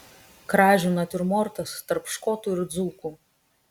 kražių natiurmortas tarp škotų ir dzūkų